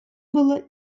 было